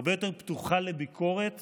הרבה יותר פתוחה לביקורת